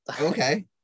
Okay